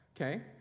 okay